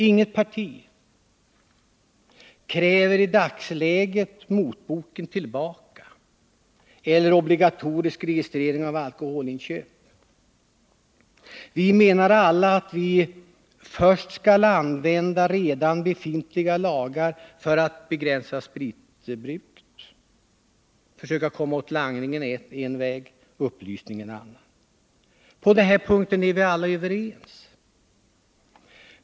Inget parti kräver i dagsläget motboken tillbaka eller obligatorisk registrering av alkoholinköp. Vi menar alla att vi först skall använda redan befintliga lagar för att begränsa spritbruket. Att försöka komma åt langningen är en väg, upplysning är en annan. På denna punkt är vi alla överens.